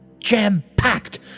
jam-packed